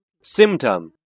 Symptom